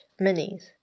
minis